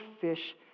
fish